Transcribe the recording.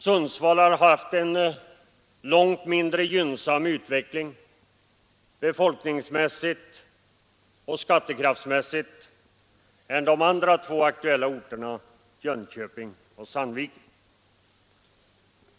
Sundsvall har haft en långt mindre gynnsam utveckling befolkningsmässigt och skattekraftsmässigt än de andra två aktuella orterna Jönköping och Sandviken.